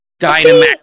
dynamax